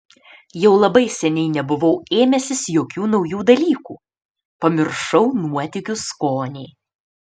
jau labai seniai nebuvau ėmęsis jokių naujų dalykų pamiršau nuotykių skonį